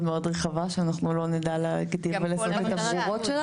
רחבה שאנחנו לא נדע להגדיר את ולסמן את הגבולות שלה.